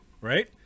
Right